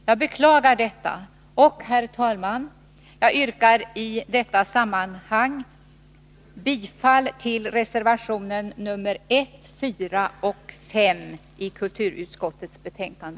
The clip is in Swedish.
Jag beklagar detta än en gång, och jag yrkar, herr talman, i detta sammanhang bifall till reservationerna 1, 4 och 5 vid kulturutskottets betänkande.